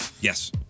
Yes